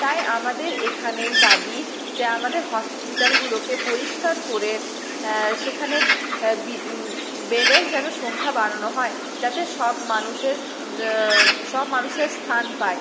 তাই আমাদের এখানের দাবি যে আমাদের হসপিটালগুলোকে পরিষ্কার করে সেখানে বেডের যেন সংখ্যা বাড়ানো হয় যাতে সব মানুষের সব মানুষের স্থান পায়